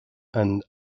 and